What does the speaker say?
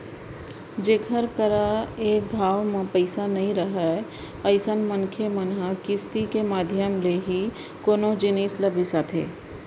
जेखर करा एक घांव म पइसा नइ राहय अइसन मनखे मन ह किस्ती के माधियम ले ही कोनो जिनिस ल बिसाथे